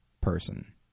person